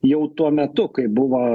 jau tuo metu kai buvo